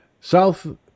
South